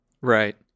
right